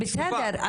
בסדר,